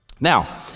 Now